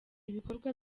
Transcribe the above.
ibikorwa